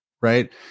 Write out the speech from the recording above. right